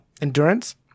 endurance